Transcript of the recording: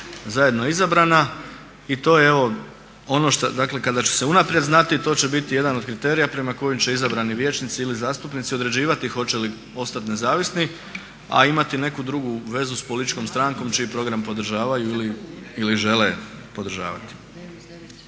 zajedno izabrana i to je ono dakle kada će se unaprijed znati to će biti jedan od kriterija prema kojem će izabrani vijećnici ili zastupnici određivati hoće li ostati nezavisni a imati neku drugu vezu s političkom strankom čiji program podržavaju ili žele podražavati.